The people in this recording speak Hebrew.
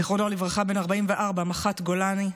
זיכרונו לברכה, בן 44, מפקד חפ"ק מח"ט גולני,